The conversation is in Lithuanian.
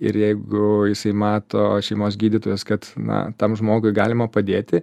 ir jeigu jisai mato šeimos gydytojas kad na tam žmogui galima padėti